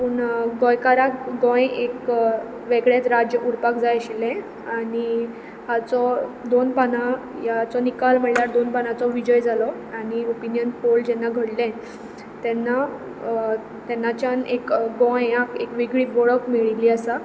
पूण गोंयकाराक गोंय एक वेगळेंच राज्य उरपाक जाय आशिल्लें आनी हाचो दोन पानां ह्याचो निकाल म्हणल्यार दोन पानांचो विजय जालो आनी ऑपिनियन पोल जेन्ना घडलें तेन्ना तेन्नाच्यान एक गोंयाक एक वेगळी वळख मेळिल्ली आसा